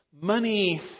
Money